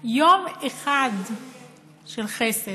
יום אחד של חסד.